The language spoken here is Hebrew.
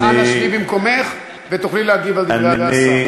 אז אנא, שבי במקומך ותוכלי להגיב על דברי השר.